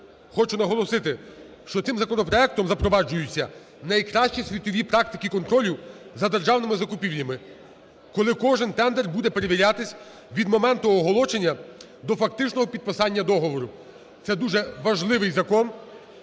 Хочу наголосити, що цим законопроектом запроваджуються найкращі світові практики контролю за державними закупівлями. Коли кожен тендер буде перевірятись від моменту оголошення до фактичного підписання договору. Це дуже важливий закон